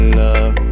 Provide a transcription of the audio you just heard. love